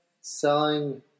selling